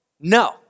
no